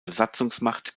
besatzungsmacht